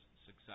success